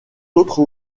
autres